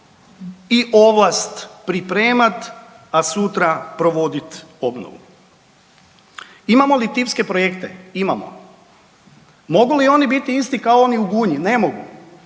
i ovlast pripremat, a sutra provodit obnovu. Imamo li tipske projekte, imamo. Mogu li oni biti isti kao oni u Gunji, ne mogu.